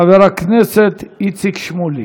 חבר הכנסת איציק שמולי.